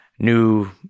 new